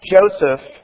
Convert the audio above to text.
Joseph